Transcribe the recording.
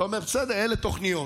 אתה אומר: בסדר, אלה תוכניות